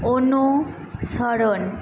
অনুসরণ